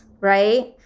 Right